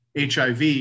hiv